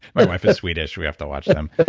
my wife is swedish, we have to watch them.